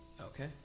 Okay